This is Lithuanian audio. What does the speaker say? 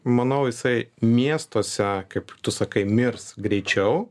manau jisai miestuose kaip tu sakai mirs greičiau